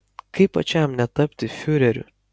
kaip pačiam netapti fiureriu